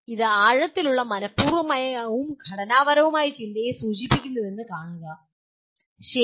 ഇത് ആഴത്തിലുള്ള മനഃപൂർവവും ഘടനാപരവുമായ ചിന്തയെ സൂചിപ്പിക്കുന്നുവെന്ന് കാണുക ശരി